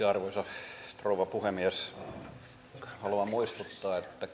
arvoisa rouva puhemies haluan muistuttaa että